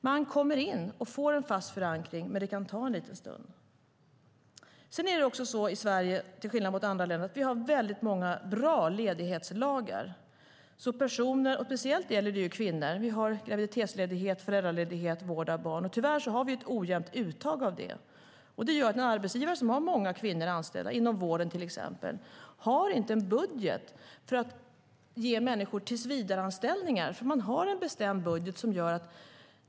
Man kommer in och får en fast förankring, men det kan ta ett litet tag. Till skillnad från andra länder har vi i Sverige väldigt många bra ledighetslagar, speciellt för kvinnor. Vi har graviditetsledighet, föräldraledighet och vård av barn. Men tyvärr har vi ett ojämnt uttag. Arbetsgivare som har många kvinnor anställda, till exempel inom vården, kan inte ge människor tillsvidareanställningar, för man har en bestämd budget.